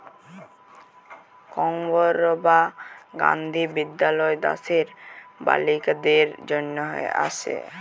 কস্তুরবা গান্ধী বিদ্যালয় দ্যাশের বালিকাদের জনহে আসে